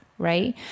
right